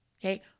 Okay